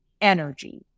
energy